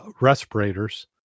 respirators